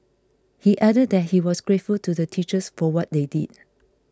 he added that he was grateful to the teachers for what they did